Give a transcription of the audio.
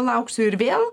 lauksiu ir vėl